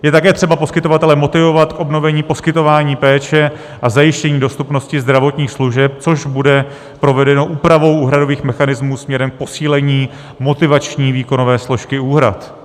Je také třeba poskytovatele motivovat k obnovení poskytování péče a zajištění dostupnosti zdravotních služeb, což bude provedeno úpravou úhradových mechanismů směrem k posílení motivační výkonové složky úhrad.